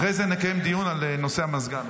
אחרי זה נקיים דיון על נושא המזגן.